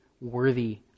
worthy